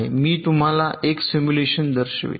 मी तुम्हाला 1 सिम्युलेशन दर्शवित आहे